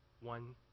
one